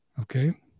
Okay